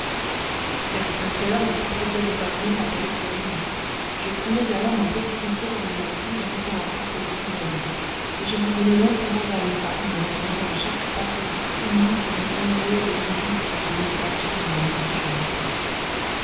vers cinq heures le porte-voix des gardiens m'appelait pour dîner je prenais alors un petit sentier dans le maquis grimpant à pic au-dessus de la mer et je revenais lentement vers le phare me retournant à chaque pas sur cet immense horizon d'eau et de lumière qui semblait s'élargir à mesure que je montais